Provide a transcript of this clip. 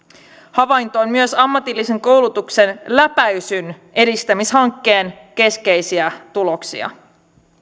havainto on myös ammatillisen koulutuksen läpäisyn edistämishankkeen keskeisiä tuloksia